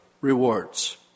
rewards